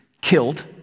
killed